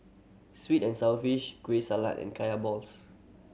sweet and sour fish Kueh Salat and Kaya balls